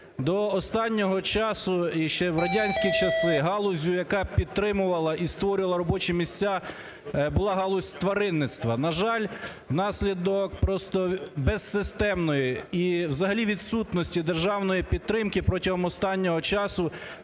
До останнього часу ще в радянські часи галуззю, яка підтримувала і створювала робочі місця, була галузь тваринництва. На жаль, внаслідок просто безсистемної і взагалі відсутності державної підтримки протягом останнього часу